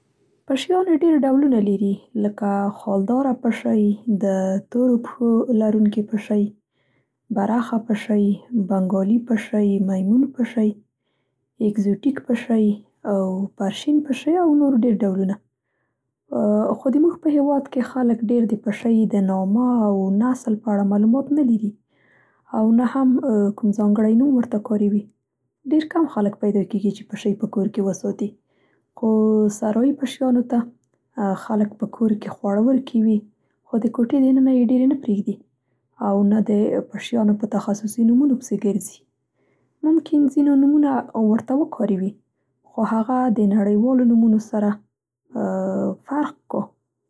پشیانې ډېرو ډولونه لېري، لکه: خالداره پشۍ، د تورو پښو لرونکې پشۍ، برخه پشۍ، بنګال پشۍ، میمون پشۍ، اګزوتیک پشۍ، پرشین پشۍ او نور ډولونه. خو د موږ په هېواد کې خلک ډېر د پشۍ د نامه او نسل په اړه معلومات نه لېري او نه هم کوم ځانګړی نوم ورته کارېوي. ډېر کم خلک پیدا کېږي چې پشۍ په کور کې وساتي، خو صحرایي پشیانو ته خلک په کور کې خواړه ورکوي. خو د کوټې د ننه يې ډېرې نه پرېږدي او نه د پشیانو په تخصصي نومو پسې ګرځي. ممکن ځينې نومونه ورته وکارېوي خو هغه د نړیوالونو نومونو سره فرق کا.